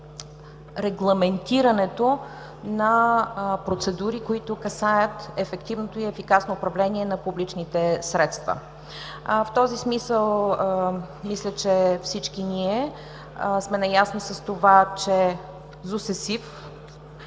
на регламентирането на процедури, които касаят ефективното и ефикасно управление на публичните средства. В този смисъл, мисля, че всички ние сме наясно с това, че Законът